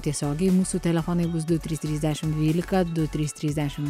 tiesiogiai mūsų telefonai bus du trys trys dešim dvylika du trys trys dešim